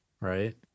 right